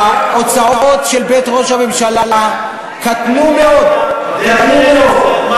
ההוצאות של בית ראש הממשלה קטנו מאוד, קטנו מאוד.